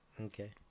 Okay